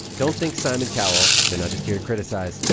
don't think simon cowell. they're not just here to criticize.